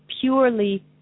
purely